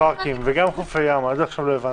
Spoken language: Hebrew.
לגבי פארקים וגם חוף הים, עד עכשיו לא הבנתי.